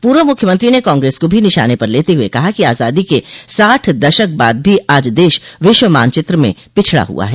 पूर्व मुख्यमंत्री ने कांग्रेस को भी निशाने पर लेते हुए कहा कि आजादी के साठ दशक बाद भी आज देश विश्व मानचित्र में पिछड़ा हुआ है